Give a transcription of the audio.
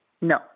No